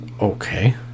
Okay